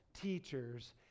teachers